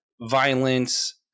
violence